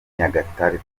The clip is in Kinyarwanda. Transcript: nyagatare